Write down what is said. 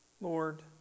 Lord